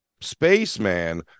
Spaceman